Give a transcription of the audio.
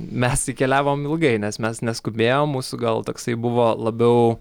mes tai keliavom ilgai nes mes neskubėjom mūsų gal toksai buvo labiau